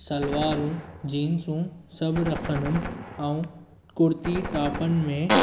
सलवारूं जींसूं सभु रखंदुमि ऐं कुर्ती टोपनि में